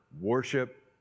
Worship